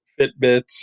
Fitbits